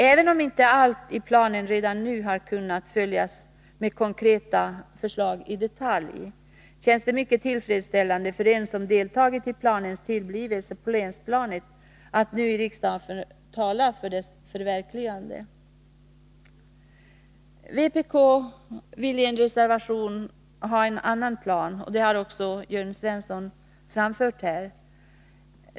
Även om inte allt i planen redan nu har kunnat följas upp med konkreta förslag i detalj, känns det mycket tillfredsställande för en som deltagit i planens tillblivelse på länsnivå att nu i riksdagen få tala för dess förverkligande. Vpk vill i en reservation ha en annan plan. Det har också Jörn Svensson framfört här.